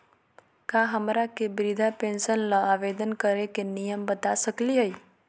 का हमरा के वृद्धा पेंसन ल आवेदन करे के नियम बता सकली हई?